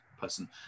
person